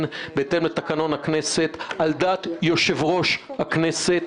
בהתאם לתקנון הכנסת על דעת יושב-ראש הכנסת.